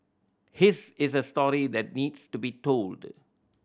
his is a story that needs to be told